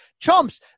chumps